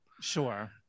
Sure